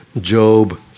Job